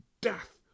death